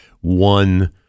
one